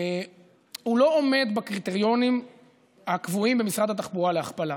לא עומד בקריטריונים הקבועים במשרד התחבורה להכפלה,